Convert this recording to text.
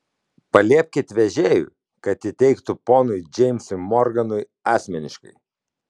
paliepkit vežėjui kad įteiktų ponui džeimsui morganui asmeniškai